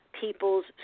people's